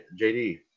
JD